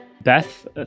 Beth